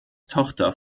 tochter